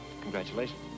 Congratulations